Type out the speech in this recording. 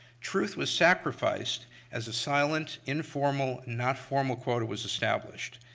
truth was sacrificed as a silent informal, not formal quota was established.